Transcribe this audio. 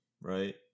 right